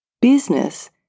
business